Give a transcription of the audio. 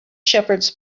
shepherds